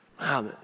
Wow